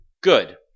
Good